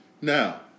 Now